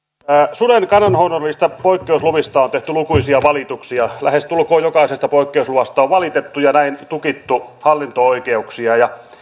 suden kannanhoidollisista poikkeusluvista on tehty lukuisia valituksia lähestulkoon jokaisesta poikkeusluvasta on valitettu ja näin tukittu hallinto oikeuksia